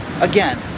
again